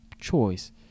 choice